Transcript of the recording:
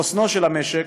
לחוסנו של המשק,